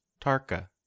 Tarka